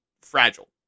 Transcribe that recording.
fragile